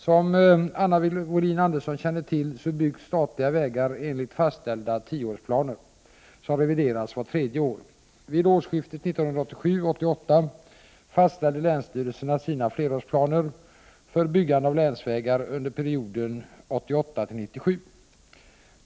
Som Anna Wohlin-Andersson känner till byggs statliga vägar enligt fastställda tioårsplaner som revideras vart tredje år. Vid årsskiftet 1987-1988 fastställde länsstyrelserna sina flerårsplaner för byggande av länsvägar under perioden 1988-1997.